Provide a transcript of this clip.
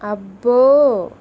అబ్బో